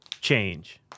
change